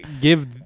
give